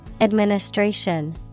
Administration